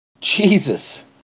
Jesus